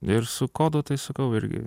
ir su kodu tai sakau irgi